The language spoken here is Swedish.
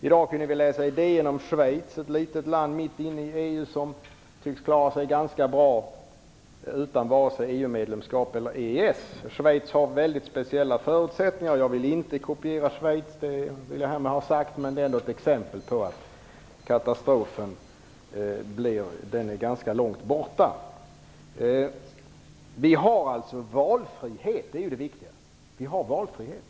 I dag kunde vi läsa i DN om Schweiz - ett litet land mitt inne i EU - som tycks klara sig ganska bra utan vare sig ett EU-medlemskap eller ett EES-avtal. Schweiz har mycket speciella förutsättningar. Jag vill härmed ha sagt att jag inte vill kopiera Schweiz, men det är ett exempel på att katastrofen är ganska långt borta. Det viktiga är att vi har valfrihet.